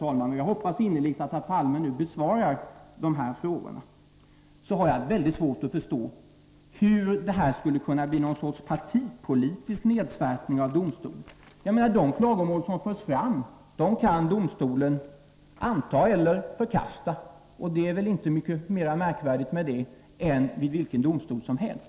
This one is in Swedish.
Allra sist — och jag hoppas innerligt att herr Palme besvarar dessa frågor — har jag väldigt svårt att förstå hur detta skulle kunna innebära någon sorts partipolitisk nedsvärtning av domstolen. De klagomål som förts fram kan domstolen anta eller förkasta, och det är inte mera märkvärdigt än det är vid vilken domstol som helst.